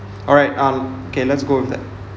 alright um okay let's go with that